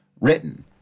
written